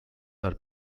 are